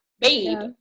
Babe